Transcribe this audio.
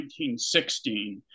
1916